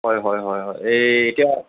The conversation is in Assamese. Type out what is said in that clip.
হয় হয় হয় হয় এই এতিয়া